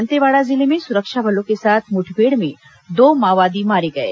दंतेवाड़ा जिले में सुरक्षा बलों के साथ मुठभेड़ में दो माओवादी मारे गए